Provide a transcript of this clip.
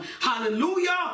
hallelujah